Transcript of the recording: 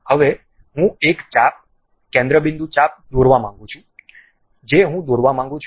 હવે હું એક ચાપ કેન્દ્ર બિંદુ ચાપ દોરવા માંગું છું જે હું દોરવા માંગું છું